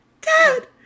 Dad